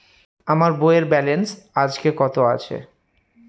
আমার বইয়ের ব্যালেন্স আজকে কত আছে?